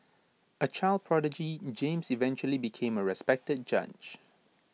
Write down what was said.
A child prodigy James eventually became A respected judge